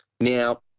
now